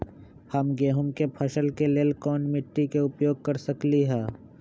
हम गेंहू के फसल के लेल कोन मिट्टी के उपयोग कर सकली ह?